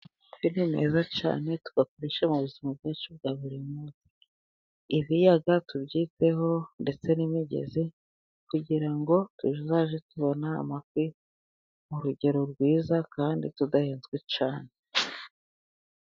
Amafi ni meza cyane tuyakoresha mu buzima bwacu bwa buri munsi. Ibiyaga tubyiteho ndetse n'imigezi, kugira ngo tuzajye tubona amafi mu rugero rwiza kandi tudahenzwe cyane.